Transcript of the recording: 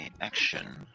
action